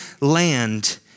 land